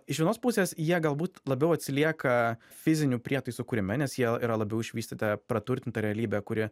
iš vienos pusės jie galbūt labiau atsilieka fizinių prietaisų kūrime nes jie yra labiau išvystę tą praturtintą realybę kuri